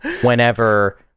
whenever